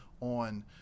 on